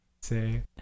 say